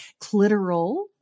clitoral